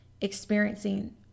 experiencing